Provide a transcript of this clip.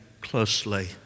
closely